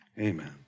Amen